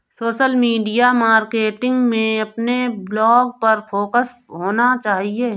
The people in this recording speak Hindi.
सोशल मीडिया मार्केटिंग में अपने ब्लॉग पर फोकस होना चाहिए